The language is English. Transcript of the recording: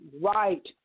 Right